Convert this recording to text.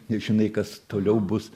nežinai kas toliau bus